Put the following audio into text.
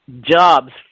jobs